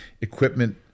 equipment